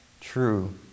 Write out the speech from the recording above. true